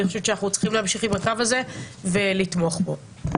חושבת שאנחנו צריכים להמשיך עם הקו הזה ולתמוך בו.